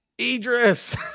idris